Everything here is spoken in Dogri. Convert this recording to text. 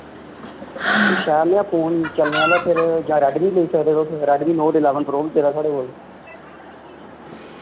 शैल नेहा फोन चलने आह्ला फिर जां रैडमी लेई सकदे तुस रैडमी नोट इलैवन प्रो बी पेदा साढ़े कोल